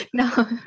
No